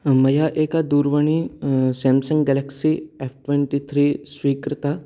मया एका दूरवाणी Samsung Galaxy F twenty three स्वीकृता